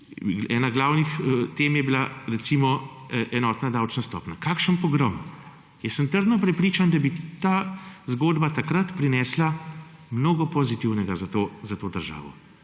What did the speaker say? eno glavnih tem imela enotno davčno stopnjo. Kakšen pogrom! Jaz sem trdno prepričan, da bi ta zgodba takrat prinesla mnogo pozitivnega za to državo.